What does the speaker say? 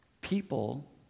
people